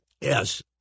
Yes